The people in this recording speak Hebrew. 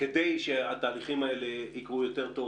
כדי שהתהליכים האלה יקרו יותר טוב.